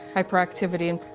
hyperactivity, and